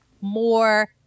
more